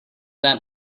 that